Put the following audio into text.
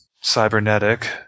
Cybernetic